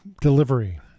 delivery